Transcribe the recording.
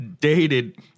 dated